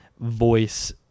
Voice